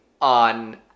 on